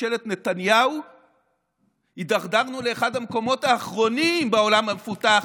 ממשלת נתניהו הידרדרנו לאחד המקומות האחרונים בעולם המפותח,